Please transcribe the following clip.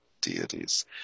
deities